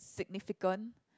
significant